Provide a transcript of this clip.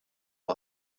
all